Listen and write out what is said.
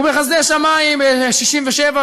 ובחסדי שמים ב-1967,